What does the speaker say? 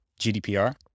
GDPR